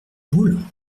moule